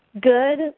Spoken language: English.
Good